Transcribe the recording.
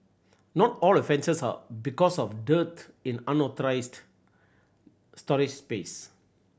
not all offences are because of dearth in authorised storage space